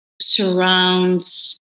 surrounds